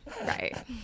Right